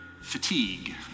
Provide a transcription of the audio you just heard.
fatigue